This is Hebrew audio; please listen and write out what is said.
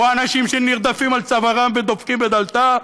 או אנשים שנרדפים עד צווארם ודופקים בדלתה,